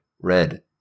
Red